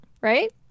Right